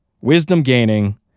wisdom-gaining